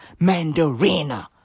Mandarina